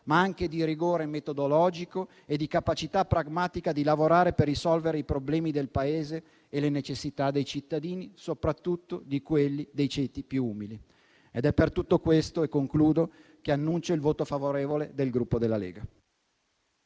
ma anche di rigore metodologico e di capacità pragmatica di lavorare per risolvere i problemi del Paese e le necessità dei cittadini, soprattutto di quelli dei ceti più umili. Ed è per tutto questo, infine, che annuncio il voto favorevole del Gruppo Lega